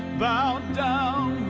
bowed down